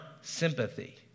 sympathy